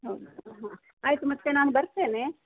ಹೌದಾ ಹಾಂ ಆಯಿತು ಮತ್ತು ನಾನು ಬರ್ತೇನೆ